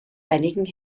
einigen